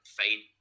fine